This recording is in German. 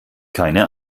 keine